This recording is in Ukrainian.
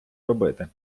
робити